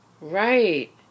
Right